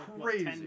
crazy